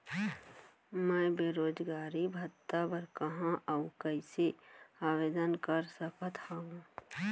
मैं बेरोजगारी भत्ता बर कहाँ अऊ कइसे आवेदन कर सकत हओं?